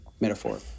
metaphor